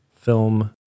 film